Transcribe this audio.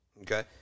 Okay